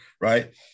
Right